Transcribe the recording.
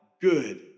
good